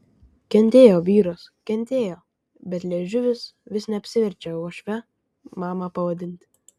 kentėjo vyras kentėjo bet liežuvis vis neapsiverčia uošvę mama pavadinti